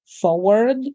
forward